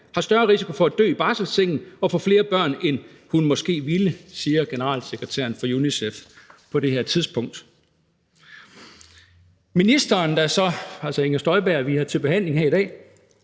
har større risiko for at dø i barselssengen og få flere børn, end hun måske ville«, siger generalsekretæren for UNICEF på det her tidspunkt. Det opgør med reglerne for udenlandske